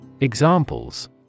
Examples